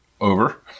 over